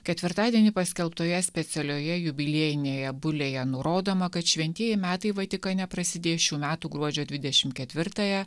ketvirtadienį paskelbtoje specialioje jubiliejinėje bulėje nurodoma kad šventieji metai vatikane prasidės šių metų gruodžio dvidešimt ketvirtąją